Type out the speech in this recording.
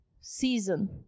season